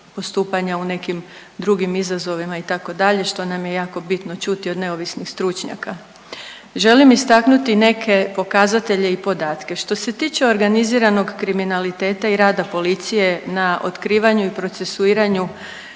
postupanja u nekim drugim izazovima itd. što nam je jako bitno čuti od neovisnih stručnjaka. Želim istaknuti neke pokazatelje i podatke. Što se tiče organiziranog kriminaliteta i rada policije na otkrivanju i procesuiranju